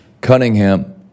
Cunningham